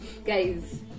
Guys